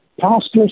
pastors